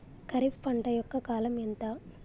ఖరీఫ్ పంట యొక్క కాలం ఎంత?